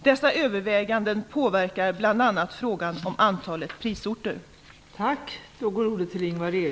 Dessa överväganden påverkar bl.a. frågan om antalet prisorter.